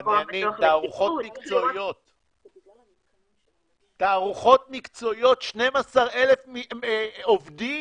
תערוכות מקצועיות לקניינים, 12,000 עובדים,